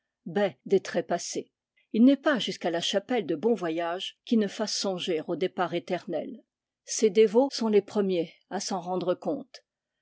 des trépassés il n'est pas jusqu'à la chapelle de bon voyage qui ne fasse songer au départ éternel ses dévots sont les premiers à s'en rendre compte